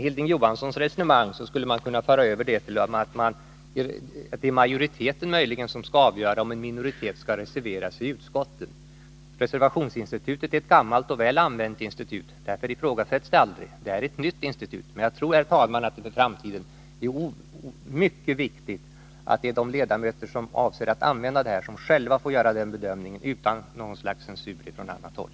Hilding Johanssons resonemang skulle kunna föras över till att det är majoriteten som skall avgöra om en minoritet skall reservera sig i ett utskott. Reservationsinstitutet är ett gammalt och väl använt institut. Därför ifrågasätts det aldrig. Detta är ett nytt institut. Och jag tror, herr talman, att det för framtiden är mycket viktigt att det är de ledamöter som avser att använda institutet som själva får göra bedömningen om det skall användas, utan något slags censur från annat håll.